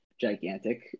gigantic